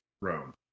Rome